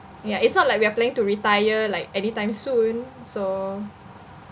ya it's not like we're planning to retire like anytime soon so